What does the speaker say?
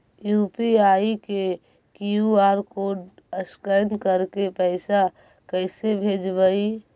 UPI के QR code scan करके पैसा कैसे भेजबइ?